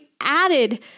added